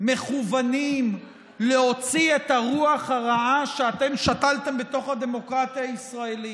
מכוונים להוציא את הרוח הרעה שאתם שתלתם בתוך הדמוקרטיה הישראלית.